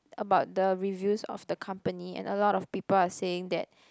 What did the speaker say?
about the reviews of the company and a lot of people are saying that